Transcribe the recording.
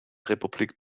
republik